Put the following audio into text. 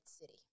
city